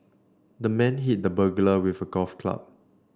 the man hit the burglar with a golf club